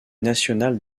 national